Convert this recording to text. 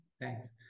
thanks